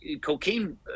cocaine